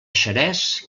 xerès